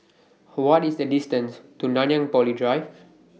What IS The distance to Nanyang Poly Drive